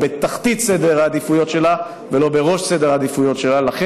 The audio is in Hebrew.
בתחתית סדר העדיפויות שלה ולא בראש סדר העדיפויות שלה.